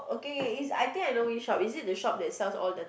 okay is I think I know which shop is it the shop that sells all the